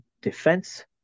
defense